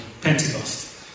Pentecost